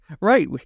Right